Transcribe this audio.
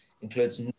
includes